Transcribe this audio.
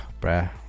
bruh